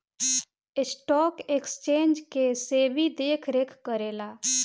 stock exchange के SEBI देखरेख करेला